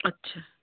अच्छा